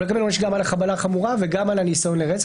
גם על החבלה החמורה וגם על הניסיון לרצח